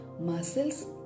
muscles